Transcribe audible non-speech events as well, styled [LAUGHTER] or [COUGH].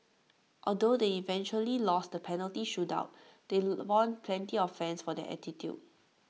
although they eventually lost the penalty shootout they [NOISE] won plenty of fans for their attitude